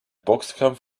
boxkampf